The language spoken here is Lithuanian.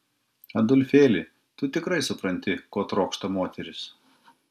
adolfėli tu tikrai supranti ko trokšta moteris